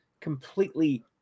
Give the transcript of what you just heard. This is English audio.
completely